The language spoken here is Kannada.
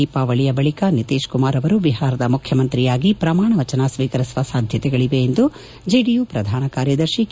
ದೀಪಾವಳಿಯ ಬಳಕ ನಿತೀಕ್ ಕುಮಾರ್ ಅವರು ಬಿಹಾರದ ಮುಖ್ಯಮಂತ್ರಿಯಾಗಿ ಪ್ರಮಾಣವಚನ ಶ್ವೀಕರಿಸುವ ಸಾಧ್ಯತೆಗಳವೆ ಎಂದು ಜೆಡಿಯು ಪ್ರಧಾನ ಕಾರ್ಯದರ್ಶಿ ಕೆ